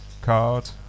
card